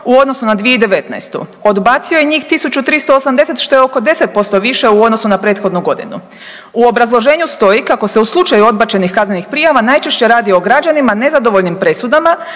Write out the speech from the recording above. u odnosu na 2019., odbacio je njih 1380 što je oko 10% više u odnosu na prethodnu godinu. U obrazloženju stoji kako se u slučaju odbačenih kaznenih prijava najčešće radi o građanima nezadovoljnim presudama,